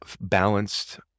balanced